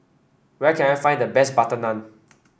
where can I find the best butter naan